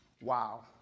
Wow